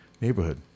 neighborhood